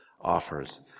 offers